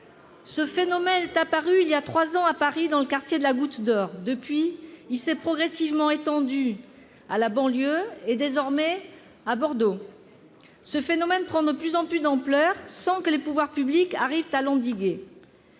Ce phénomène est apparu il y a trois ans à Paris, dans le quartier de la Goutte d'Or. Depuis, il s'est progressivement étendu à la banlieue, et désormais à Bordeaux. Ce phénomène prend de plus en plus d'ampleur, sans que les pouvoirs publics arrivent à l'endiguer.